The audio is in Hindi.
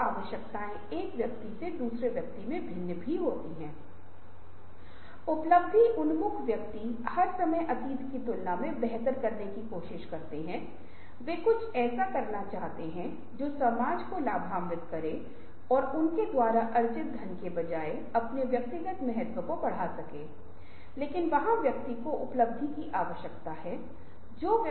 रचनात्मक कार्य या नवीनीकरण कार्य करने वालों के संदर्भ के लिए संस्कृति और संवेदनशीलता के अनुसार और आत्म परावर्तन आत्म मूल्यांकन और दूसरों से रचनात्मक आलोचना प्राप्त करने के माध्यम से संभव होने पर विकासात्मक गतिविधियां होनी चाहिए